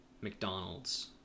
McDonald's